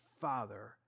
Father